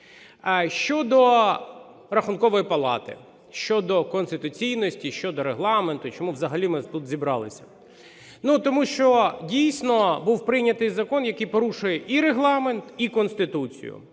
Щодо Рахункової палати, щодо конституційності, щодо Регламенту, чому взагалі ми тут зібралися. Тому що дійсно був прийнятий закон, який порушує і Регламент, і Конституцію.